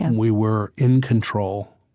and we were in control.